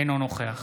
אינו נוכח